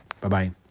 Bye-bye